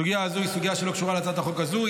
הסוגיה הזו היא סוגיה שלא קשורה להצעת החוק הזו.